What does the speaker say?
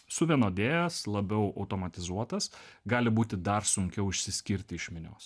suvienodėjęs labiau automatizuotas gali būti dar sunkiau išsiskirti iš minios